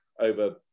over